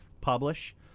publish